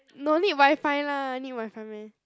no need WiFi lah need WiFi meh